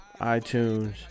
iTunes